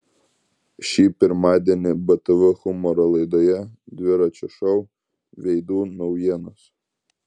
šį pirmadienį btv humoro laidoje dviračio šou veidų naujienos